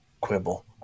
quibble